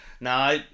no